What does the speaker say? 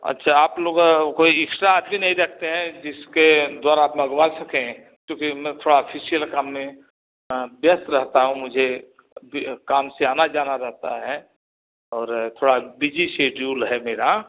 अच्छा आप लोग कोई एक्स्ट्रा आदमी नहीं रखते हैं जिसके द्वारा आप लगवा सकें तो फिर मैं थोड़ा अफिशियल काम में व्यस्त रहता हूँ मुझे काम से आना जाना रहता है और थोड़ा बिजी शेड्युल है मेरा